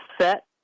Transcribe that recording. set